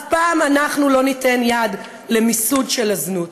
אנחנו אף פעם לא ניתן יד למיסוד של הזנות.